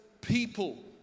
people